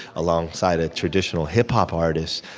alongside a traditional hip-hop artist.